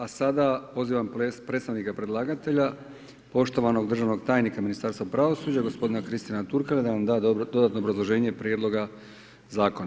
A sada pozivam predstavnika predlagatelja poštovanog državnog tajnika Ministarstva pravosuđa, gospodina Kristijana Turkalja da nam da dodatno obrazloženje prijedloga zakona.